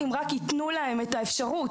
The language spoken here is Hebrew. אם רק ייתנו להם אפשרות.